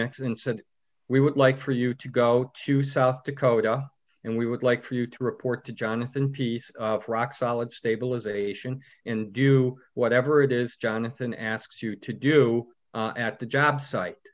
said we would like for you to go to south dakota and we would like for you to report to jonathan piece of rock solid stabilization and do whatever it is jonathan asks you to do at the job site